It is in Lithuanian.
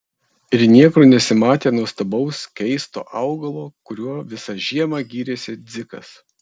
ir niekur nesimatė nuostabaus keisto augalo kuriuo visą žiemą gyrėsi dzikas